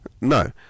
No